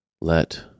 let